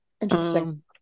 Interesting